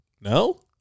No